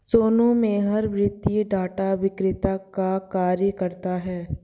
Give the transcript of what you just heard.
सोनू मेहरा वित्तीय डाटा विक्रेता का कार्य करता है